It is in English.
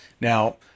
Now